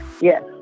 Yes